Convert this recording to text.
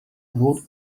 wrote